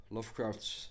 Lovecrafts